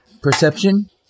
Perception